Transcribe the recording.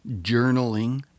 journaling